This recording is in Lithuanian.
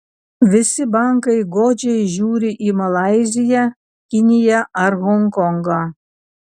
visi bankai godžiai žiūri į malaiziją kiniją ar honkongą